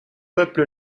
peuple